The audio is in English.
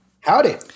Howdy